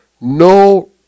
no